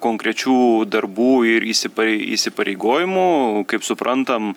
konkrečių darbų ir įsiparei įsipareigojimų kaip suprantam